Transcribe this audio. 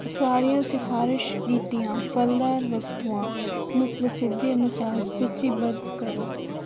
ਸਾਰੀਆਂ ਸਿਫ਼ਾਰਸ਼ ਕੀਤੀਆਂ ਫਲਦਾਰ ਵਸਤੂਆਂ ਨੂੰ ਪ੍ਰਸਿੱਧੀ ਅਨੁਸਾਰ ਸੂਚੀਬੱਧ ਕਰੋ